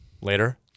later